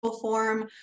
form